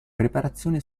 preparazione